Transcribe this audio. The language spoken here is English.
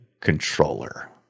controller